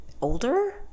older